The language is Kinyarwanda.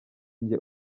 njye